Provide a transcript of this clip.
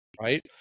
right